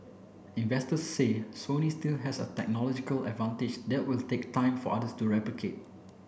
investors say Sony still has a technological advantage that will take time for others to replicate